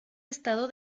estado